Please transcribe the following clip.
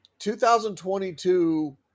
2022